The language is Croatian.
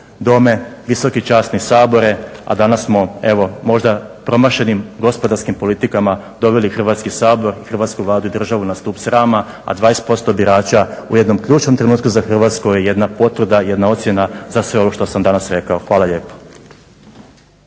Dome, visoki časni Sabore, a danas smo evo možda promašenim gospodarskim politikama doveli Hrvatski sabor, hrvatsku Vladu i državu na stup srama, a 20% birača u jednom ključnom trenutku za Hrvatsku je jedna potvrda, jedna ocjena za sve ovo što sam danas rekao. Hvala lijepo.